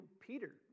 Peter